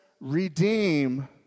redeem